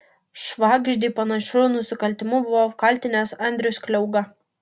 švagždį panašiu nusikaltimu buvo apkaltinęs andrius kliauga